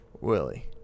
Willie